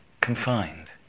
confined